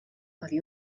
oddi